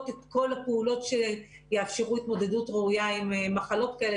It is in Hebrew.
את כל הפעולות שיאפשרו התמודדות ראויה עם מחלות כאלה,